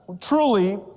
Truly